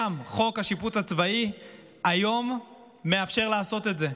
חוק השיפוט הצבאי היום מאפשר לעשות את זה.